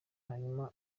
hanyuma